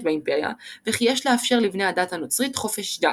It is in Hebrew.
באימפריה וכי יש לאפשר לבני הדת הנוצרית חופש דת,